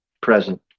present